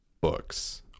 books